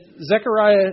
Zechariah